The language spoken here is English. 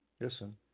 listen